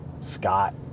Scott